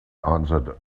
answered